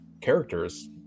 characters